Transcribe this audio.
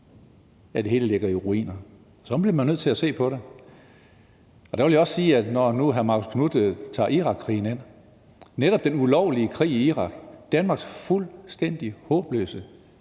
at det hele ligger i ruiner. Sådan bliver man nødt til at se på det. Jeg vil også sige, når nu hr. Marcus Knuth tager Irakkrigen ind, at netop den ulovlige krig i Irak, Danmarks fuldstændig håbløse